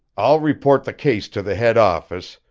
i'll report the case to the head office,